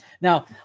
Now